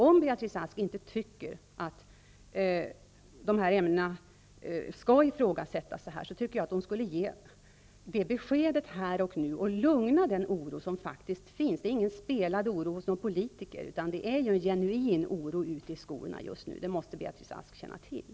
Om Beatrice Ask inte tycker att dessa ämnen skall ifrågasättas, bör hon ge besked här och nu för att därmed dämpa den oro som faktiskt finns. Det är inte fråga om en spelad oro från någon politikers sida, utan det är fråga om den genuina oro som finns ute i skolorna just nu. Den måste Beatrice Ask känna till.